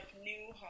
new